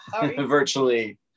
Virtually